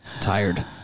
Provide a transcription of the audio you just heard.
Tired